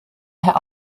herr